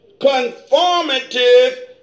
conformative